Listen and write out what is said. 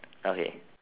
okay